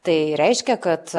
tai reiškia kad